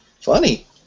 Funny